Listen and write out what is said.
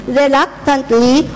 reluctantly